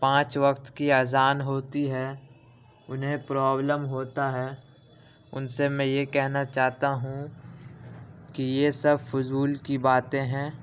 پانچ وقت کی اذان ہوتی ہے انہیں پرابلم ہوتا ہے ان سے میں یہ کہنا چاہتا ہوں کہ یہ سب فضول کی باتیں ہیں